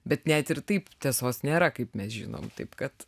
bet net ir taip tiesos nėra kaip mes žinom taip kad